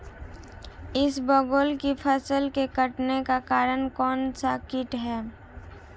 इसबगोल की फसल के कटने का कारण कौनसा कीट है?